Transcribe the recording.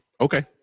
Okay